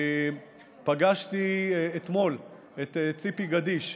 פגשתי אתמול את ציפי גדיש,